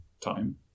time